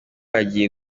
hagiye